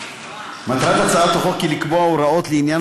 מטרת הצעת החוק היא לקבוע הוראות לעניין